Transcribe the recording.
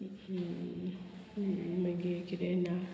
मागीर कितें ना